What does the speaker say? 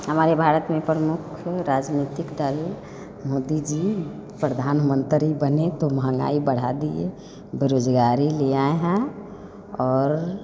हमारे भारत में प्रमुख राजनीतिक दल मोदी जी प्रधानमंत्री बने तो महंगाई बढ़ा दिए बरोज़गारी ले आए हैं और